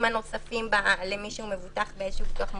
הנוספים למי שמבוטח באיזשהו ביטוח מורכב.